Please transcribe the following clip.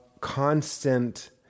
constant